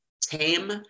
tame